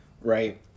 Right